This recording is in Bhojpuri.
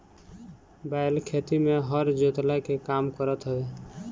बैल खेती में हर जोतला के काम करत हवे